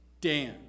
Dan